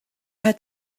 had